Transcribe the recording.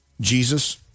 jesus